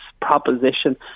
proposition